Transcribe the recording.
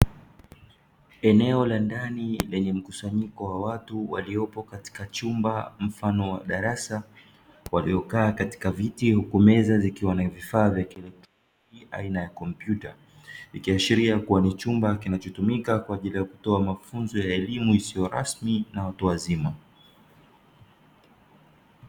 Eneo la ndani lenye mkusanyiko wa watu waliopo katika chumba mfano wa darasa, waliokaa katika viti huku meza zikiwa na vifaa vya kielektroniki aina ya kompyuta. Ikiashiria kuwa ni chumba kinachotumika kwa ajili ya kutoa mafunzo ya elimu isiyo rasmi na watu wazima.